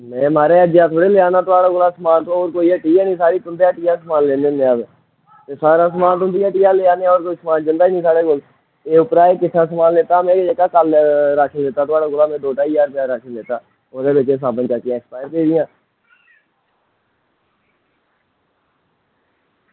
में म्हाराज कोई अज्जै दा थोह्ड़े लेआ दे समान अस तुंदी हट्टियै गै लैन्ने होन्ने समान होर साढ़ी कोई हट्टी निं ऐ एह् सारा समान तुंदी हट्टिया लैआ नै होर साढ़े जंदा निं ऐ समान कुदैआ कोई होर समान लैता जा नेईं पर कल्ल में तुंदी हट्टियां समान लैता दो ढाई ज्हार रपेऽ दा समान लैता ओह्दे कन्नै साबन बी ऐहा